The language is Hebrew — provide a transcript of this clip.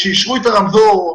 כשאישרו את הרמזור,